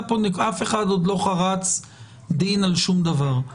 אף אחד עוד לא חרץ דין על שום דבר.